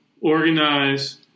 organize